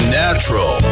natural